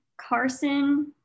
Carson